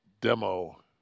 demo